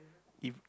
if